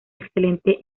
excelente